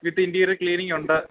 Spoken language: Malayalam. വിത്ത് ഇൻ്ീരിയർ ലനിങ് ഉണ്ട